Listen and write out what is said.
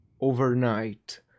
overnight